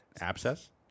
Abscess